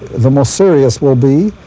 the more serious will be,